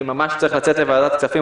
לצאת לוועדת הכספים,